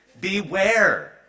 beware